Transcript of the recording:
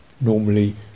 normally